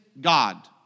God